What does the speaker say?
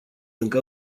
încă